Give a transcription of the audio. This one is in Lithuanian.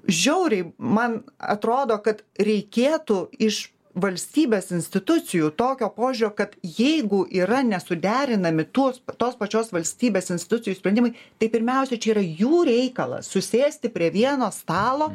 žiauriai man atrodo kad reikėtų iš valstybės institucijų tokio požiūrio kad jeigu yra nesuderinami tos tos pačios valstybės institucijų sprendimai tai pirmiausiai čia yra jų reikalas susėsti prie vieno stalo